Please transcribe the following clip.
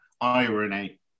irony